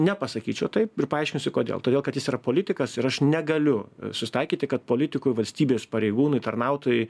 nepasakyčiau taip ir paaiškinsiu kodėl todėl kad jis yra politikas ir aš negaliu susitaikyti kad politikui valstybės pareigūnui tarnautojui